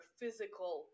physical